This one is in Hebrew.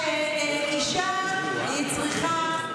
שאישה צריכה,